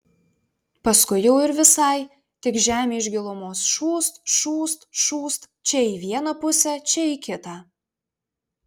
paskui jau ir visai tik žemė iš gilumos šūst šūst šūst čia į vieną pusę čia į kitą